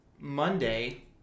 Monday